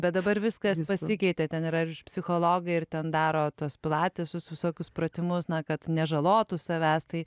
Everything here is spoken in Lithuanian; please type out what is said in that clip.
bet dabar viskas pasikeitė ten yra ir psichologai ir ten daro tuos platesnius visokius pratimus na kad nežalotų savęs tai